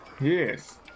Yes